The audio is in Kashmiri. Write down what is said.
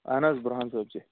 اہن حظ بُرہان صٲب چھِ